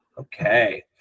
Okay